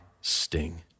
sting